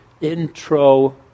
intro